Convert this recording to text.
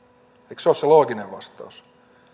eikö se ole se looginen vastaus